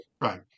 Right